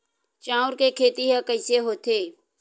चांउर के खेती ह कइसे होथे?